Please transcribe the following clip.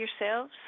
yourselves